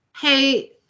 hey